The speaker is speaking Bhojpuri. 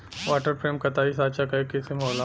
वाटर फ्रेम कताई साँचा क एक किसिम होला